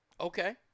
Okay